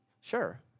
sure